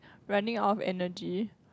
running out energy